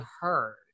heard